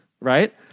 right